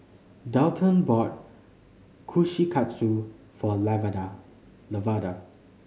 Dalton bought Kushikatsu for Lavada Lavada